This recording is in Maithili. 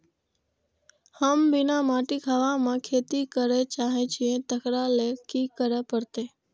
हम बिना माटिक हवा मे खेती करय चाहै छियै, तकरा लए की करय पड़तै?